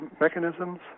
mechanisms